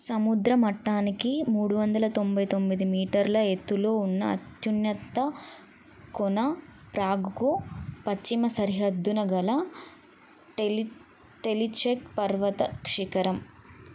సముద్ర మట్టానికి మూడు వందల తొంభై తొమ్మిది మీటర్ల ఎత్తులో ఉన్న అత్యున్నత కొన ప్రాగ్కు పశ్చిమ సరిహద్దున గల టెలి టెలిచెక్ పర్వత శిఖరం